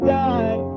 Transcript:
die